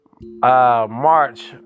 March